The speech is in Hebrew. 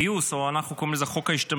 גיוס, או, אנחנו קוראים לזה "חוק ההשתמטות",